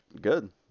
good